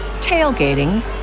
tailgating